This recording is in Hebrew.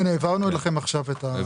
כן, העברנו לכם עכשיו את זה, זה במייל.